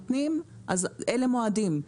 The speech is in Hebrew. אלה המועדים שנותנים